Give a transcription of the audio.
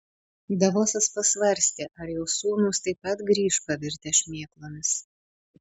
davosas pasvarstė ar jo sūnūs taip pat grįš pavirtę šmėklomis